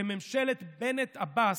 בממשלת בנט-עבאס,